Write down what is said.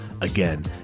Again